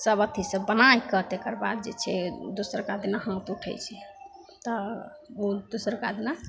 सब अथी सब बनैके तकर बाद जे छै जे दोसरका दिना हाथ उठै छै तऽ ओ दोसरका दिना